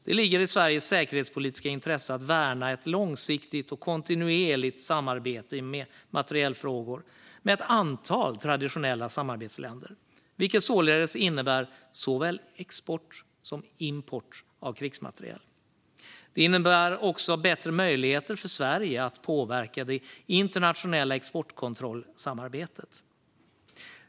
Det ligger i Sveriges säkerhetspolitiska intresse att värna ett långsiktigt och kontinuerligt samarbete i materielfrågor med ett antal traditionella samarbetsländer, vilket således innebär såväl export som import av krigsmateriel. Det innebär också bättre möjligheter för Sverige att påverka det internationella exportkontrollsamarbetet.